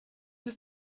ist